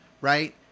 right